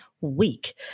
week